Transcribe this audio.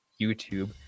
youtube